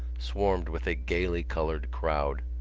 swarmed with a gaily coloured crowd.